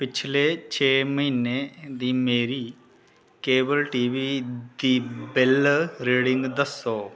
पिछले छे म्हीनें दी मेरी केबल टी वी दी बिल रीडिंग दस्सो